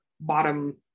bottom